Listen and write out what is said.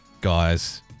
guys